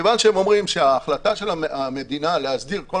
מכיוון שהם אומרים שההחלטה של המדינה להסדיר כל